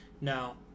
Now